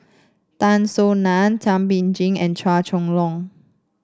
Tan Soo Nan Thum Ping Tjin and Chua Chong Long